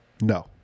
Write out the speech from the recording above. No